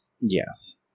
Yes